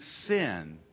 sin